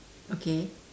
okay